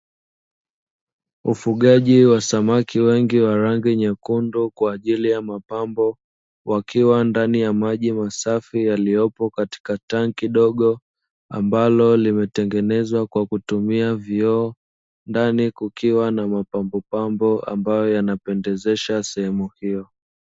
Ufugaji wa samaki wengi wa rangi nyekundu kwa ajili ya mapambo wakiwa ndani ya maji masafi yakiyopo katika tanki dogo, ambalo kimetengenezwa kwa kutumia vioo ndani kukiwa na mapambo pambo ambayo yanaoendezesha sehemu hiyo.